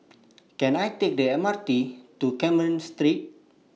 Can I Take The M R T to Carmen Street